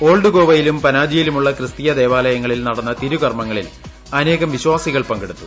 old ഗോവയിലും പനാജിയിലുമുള്ള ക്രിസ്തീയ ദേവാലയങ്ങളിൽ നടന്ന തിരുകർമ്മങ്ങളിൽ അനേകം വിശ്വാസികൾ പങ്കെടുത്തു